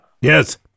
Yes